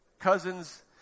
cousins